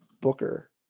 Booker